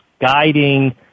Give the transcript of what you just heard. guiding